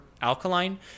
alkaline